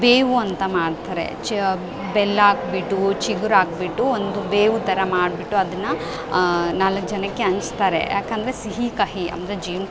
ಬೇವು ಅಂತ ಮಾಡ್ತಾರೆ ಚ ಬೆಲ್ಲ ಹಾಕ್ಬಿಟ್ಟು ಚಿಗುರು ಹಾಕ್ಬಿಟ್ಟು ಒಂದು ಬೇವು ಥರ ಮಾಡಿಬಿಟ್ಟು ಅದನ್ನು ನಾಲ್ಕು ಜನಕ್ಕೆ ಹಂಚ್ತಾರೆ ಯಾಕಂದರೆ ಸಿಹಿ ಕಹಿ ಅಂದರೆ ಜೇನು